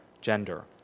gender